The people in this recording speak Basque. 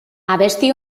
abesti